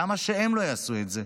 למה שהם לא יעשו את זה?